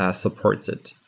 ah supports it.